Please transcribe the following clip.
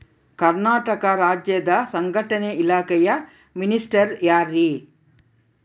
ಕರ್ನಾಟಕ ರಾಜ್ಯದ ಸಂಘಟನೆ ಇಲಾಖೆಯ ಮಿನಿಸ್ಟರ್ ಯಾರ್ರಿ?